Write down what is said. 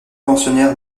pensionnaire